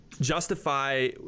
justify